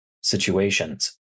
situations